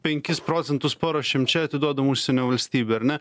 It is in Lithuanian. penkis procentus paruošiam čia atiduodam užsienio valstybė ar ne